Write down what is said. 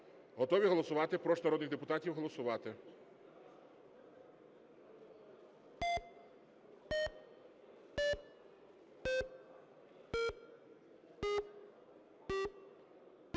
Готові голосувати? Прошу народних депутатів голосувати.